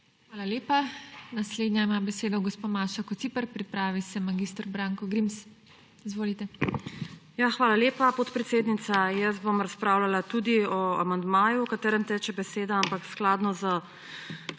Hvala lepa. Naslednja ima besedo gospa Maša Kociper. Pripravi se mag. Branko Grims. Izvolite. **MAŠA KOCIPER (PS SAB):** Hvala lepa, podpredsednica. Jaz bom razpravljala tudi o amandmaju, o katerem teče beseda, ampak skladno z